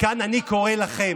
קריאה ראשונה.